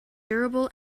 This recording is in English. durable